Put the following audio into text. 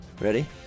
Ready